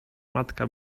matka